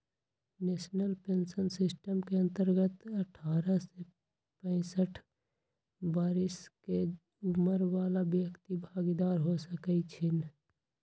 national pension system के अंतर्गत अठारह से पैंसठ बरिश के उमर बला व्यक्ति भागीदार हो सकइ छीन्ह